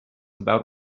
about